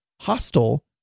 hostile